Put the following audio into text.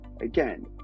Again